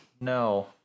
No